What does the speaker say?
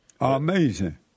Amazing